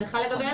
זה חל לגביהם?